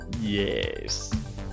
Yes